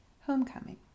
Homecoming